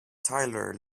tyler